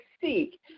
seek